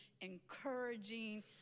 encouraging